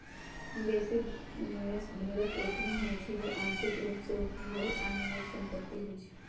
बेशी निवेश ढेरेक ओतहि होइ छइ जे आंशिक रूप से उपभोग आऽ निवेश संपत्ति होइ छइ